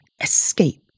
escape